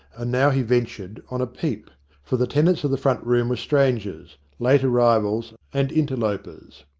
and now he ventured on a peep for the tenants of the front room were strangers, late arrivals, and interlopers.